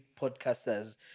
podcasters